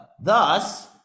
thus